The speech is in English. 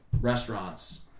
restaurants